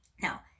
Now